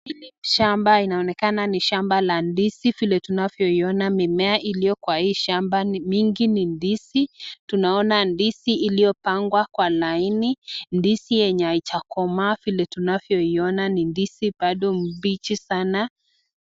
Hili shamba inaonekana ni shamba ya ndizi. Vile tunavyoinekana mimea iliyo kwa hii shamba mingi ni ndizi. Tunaona ndizi iliyopagwa kwa laini. Ndizi yenye haijakomaa vile tunavyoiona ni ndizi bado mbichi sana.